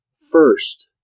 First